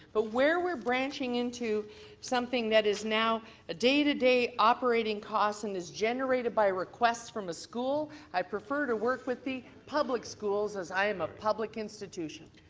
but where we're branching into something that is now a day-to-day operatng costs and is generated by requests from the school i prefer to work with the public schools as i am a public institution.